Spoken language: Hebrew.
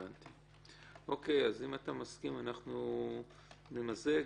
אז אם אתה מסכים, אנחנו נמזג.